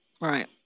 Right